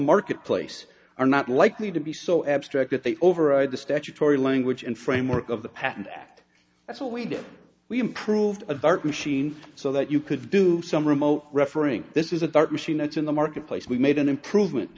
marketplace are not likely to be so abstract that they override the statutory language and framework of the patent act that's what we did we improved a dart machine so that you could do some remote refereeing this is a dart machine that's in the marketplace we made an improvement